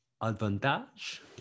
Advantage